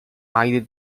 either